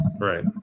right